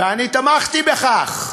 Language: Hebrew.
ותמכתי בכך,